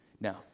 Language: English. Now